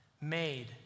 made